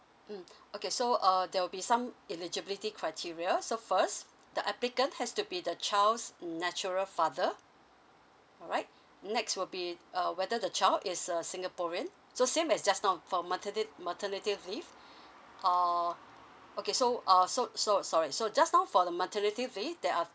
mm okay so uh there will be some eligibility criteria so first the applicant has to be the child's natural father all right next will be uh whether the child is a singaporean so same as just now for maternity maternity leave uh okay so err so so sorry so just now for the maternity leave there are